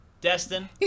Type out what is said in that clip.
Destin